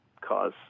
cause